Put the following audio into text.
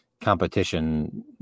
competition